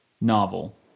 novel